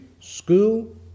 school